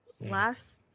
last